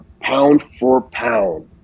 pound-for-pound